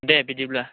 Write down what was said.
दे बिदिब्ला